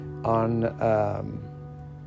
on